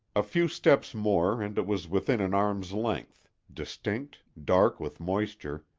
a few steps more, and it was within an arm's length, distinct, dark with moisture,